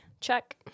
check